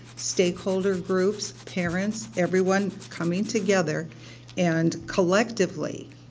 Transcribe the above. stakeholder groups, parents, everyone coming together and collectively,